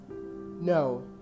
No